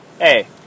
Hey